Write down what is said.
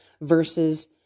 versus